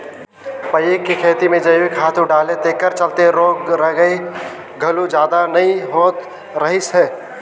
पहिले के खेती में जइविक खातू डाले तेखर चलते रोग रगई घलो जादा नइ होत रहिस हे